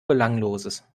belangloses